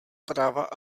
práva